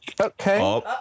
Okay